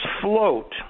float